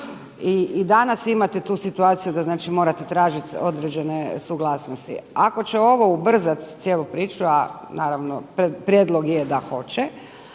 I danas imate tu situaciju da znači morate tražiti određene suglasnosti. Ako će ovo ubrzat cijelu priču a naravno prijedlog je da hoće